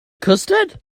custard